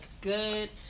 good